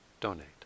donate